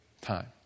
time